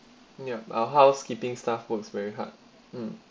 ya our housekeeping staff works very hard mm